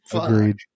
Agreed